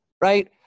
right